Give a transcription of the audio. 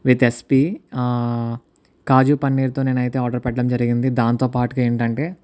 with ఎస్పి కాజు పన్నీర్తో నేను అయితే ఆర్డర్ పెట్టడం జరిగింది దాంతో పాటుగా ఏంటి అంటే